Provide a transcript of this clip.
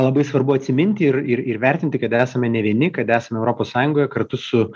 labai svarbu atsiminti ir ir ir įvertinti kad esame ne vieni kad esame europos sąjungoje kartu su